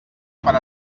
per